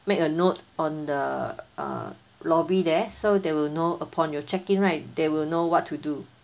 make a note on the err lobby there so they will know upon your check in right they will know what to do